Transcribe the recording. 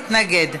הוא התנגד.